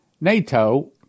NATO